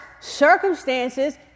circumstances